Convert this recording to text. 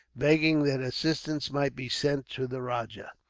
begging that assistance might be sent to the rajah.